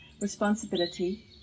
responsibility